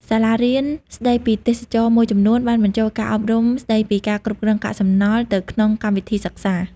សាលារៀនស្តីពីទេសចរណ៍មួយចំនួនបានបញ្ចូលការអប់រំស្តីពីការគ្រប់គ្រងកាកសំណល់ទៅក្នុងកម្មវិធីសិក្សា។